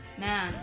man